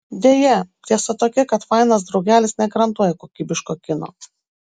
deja tiesa tokia kad fainas draugelis negarantuoja kokybiško kino